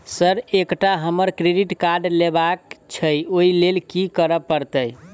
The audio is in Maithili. सर एकटा हमरा क्रेडिट कार्ड लेबकै छैय ओई लैल की करऽ परतै?